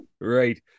right